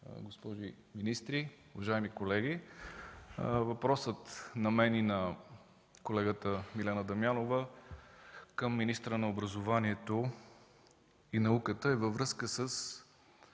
госпожи министри, уважаеми колеги! Моят въпрос и на колегата Милена Дамянова към министъра на образованието и науката е във връзка с